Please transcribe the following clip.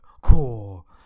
cool